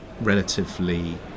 relatively